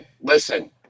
listen